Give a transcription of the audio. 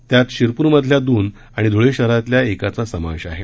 त्यात शिरपूर मधल्या दोन आणि धुळे शहरातल्या एकाचा समावेश आहे